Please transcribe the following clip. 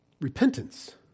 repentance